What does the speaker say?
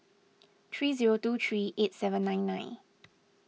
three zero two three eight seven nine nine